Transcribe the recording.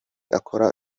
akora